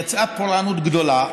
יצאה פורענות גדולה.